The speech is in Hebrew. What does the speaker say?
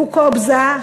בוקובזה,